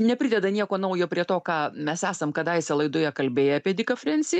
neprideda nieko naujo prie to ką mes esam kadaise laidoje kalbėję apie diką frensį